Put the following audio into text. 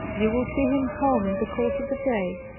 you will see him home in the course of the day.